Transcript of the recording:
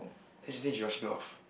then she said she rushing off